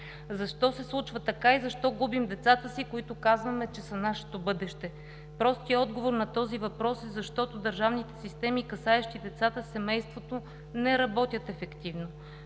Защо се случва така и защо губим децата си, които казваме, че са нашето бъдеще? Простият отговор на този въпрос е: защото държавните системи, касаещи децата и семейството, не работят ефективно.